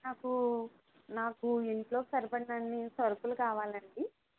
నాకు నాకు ఇంట్లో సరిపడే అన్ని సరుకులు కావాలండీ